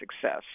success